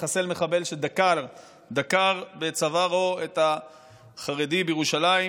לחסל מחבל שדקר בצווארו את החרדי בירושלים,